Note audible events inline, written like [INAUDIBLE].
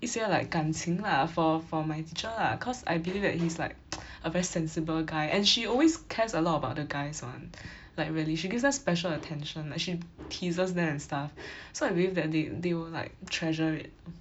一些 like 感情 lah for for my teacher lah cause I believe that he's like [NOISE] a very sensible guy and she always cares a lot about the guys [one] [BREATH] like really she gives us special atttention like she teases them and stuff [BREATH] so I believe that they they will like treasure it um